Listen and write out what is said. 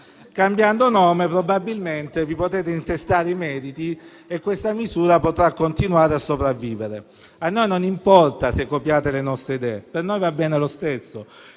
cambiandole nome, probabilmente ve ne potrete intestare i meriti e questa misura potrà continuare a sopravvivere. A noi non importa se copiate le nostre idee, per noi va bene lo stesso.